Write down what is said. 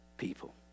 people